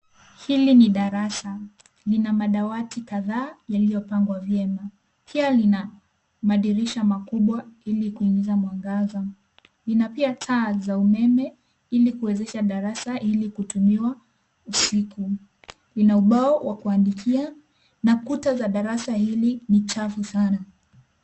Hili ni darasa lina madawati kadhaa yaliyopangwa vyema. Pia lina madirisha makubwa ili kuingiza mwangaza, lina pia taa za umeme ili kuwezesha darasa ili kutumiwa usiku. Lina ubao wa kuandikia na kuta za darasa hili ni chafu sana.